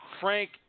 Frank